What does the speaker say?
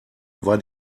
war